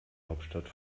hauptstadt